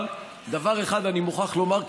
אבל דבר אחד אני מוכרח לומר,